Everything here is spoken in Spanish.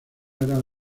eran